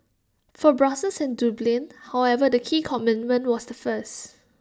for Brussels and Dublin however the key commitment was the first